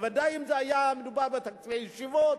ודאי שאם היה מדובר בתקציבי ישיבות,